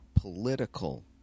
political